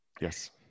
Yes